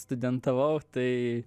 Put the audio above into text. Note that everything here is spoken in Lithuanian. studentavau tai